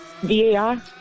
VAR